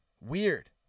weird